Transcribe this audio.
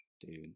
dude